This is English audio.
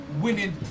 winning